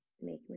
make